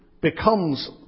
becomes